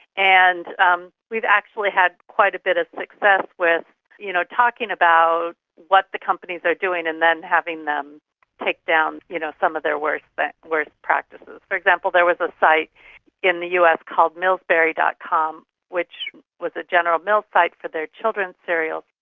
and um we've actually had quite a bit of like success with you know talking about what the companies are doing and then having them take down you know some of their worst but worst practices. for example, there was a site in the us called millsberry. com which was a general mills site for their children's cereals.